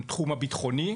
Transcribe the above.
התחום הראשון,